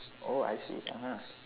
oh I see (uh huh)